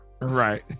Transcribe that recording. right